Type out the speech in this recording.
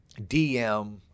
DM